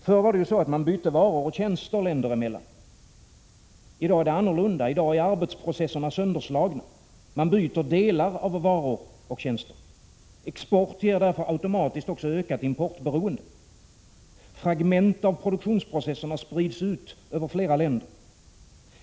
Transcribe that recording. Förr bytte man varor och tjänster länder emellan. I dag är arbetsprocesserna sönderslagna. Man byter delar av varor och tjänster. Export ger därför automatiskt också ökat importberoende. Fragment av produktionsprocesserna sprids ut över flera länder.